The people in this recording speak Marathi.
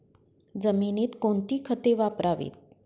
जमिनीत कोणती खते वापरावीत?